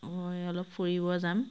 মই অলপ ফুৰিব যাম